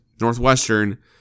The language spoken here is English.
Northwestern